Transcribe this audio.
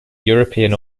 european